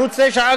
ערוץ 9,